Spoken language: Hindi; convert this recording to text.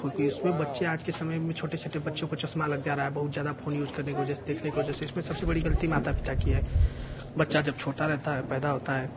होगी उसमें बच्चे आज के समय में छोटे छोटे बच्चों को चश्मा लग जा रहा है बहुत ज़्यादा फोन यूज करने की वजह से देखने की वजह से इसमें सबसे बड़ी गलती माता पिता की है बच्चा जब छोटा रहता है पैदा होता है